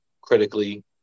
critically